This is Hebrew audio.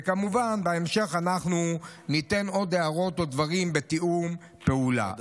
וכמובן בהמשך אנחנו ניתן עוד הערות או דברים בתיאום פעולה.